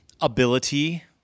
ability